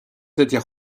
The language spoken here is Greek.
τέτοια